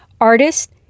artist